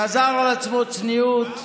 גזר על עצמו צניעות,